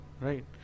right